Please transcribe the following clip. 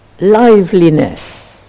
liveliness